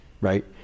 right